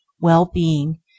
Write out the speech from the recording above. well-being